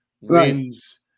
wins